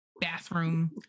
bathroom